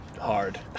Hard